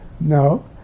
No